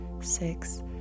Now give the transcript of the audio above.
six